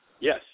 Yes